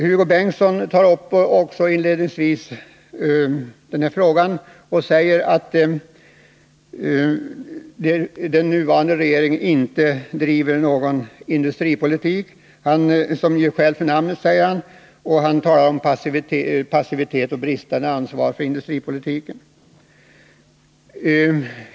Hugo Bengtsson tog inledningsvis upp den här frågan och sade att den nuvarande regeringen inte driver någon industripolitik som gör skäl för namnet. Han talar om passivitet och brist på ansvar för industripolitiken.